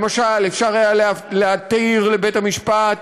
למשל, אפשר היה להתיר לבית-המשפט